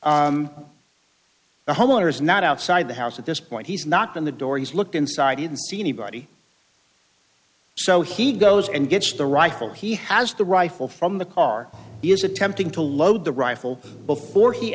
homeowner is not outside the house at this point he's knocked on the door he's looked inside didn't see anybody so he goes and gets the rifle he has the rifle from the car is attempting to load the rifle before he